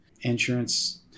insurance